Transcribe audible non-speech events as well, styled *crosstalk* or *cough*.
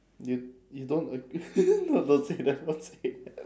you you don't ag~ *laughs* no don't say that don't say that